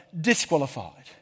disqualified